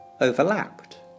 overlapped